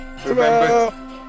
Remember